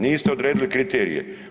Niste odredili kriterije!